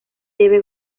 debe